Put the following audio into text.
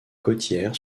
côtières